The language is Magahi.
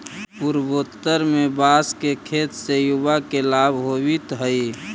पूर्वोत्तर में बाँस के खेत से युवा के लाभ होवित हइ